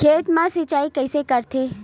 खेत मा सिंचाई कइसे करथे?